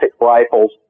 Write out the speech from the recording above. rifles